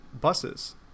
buses